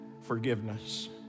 forgiveness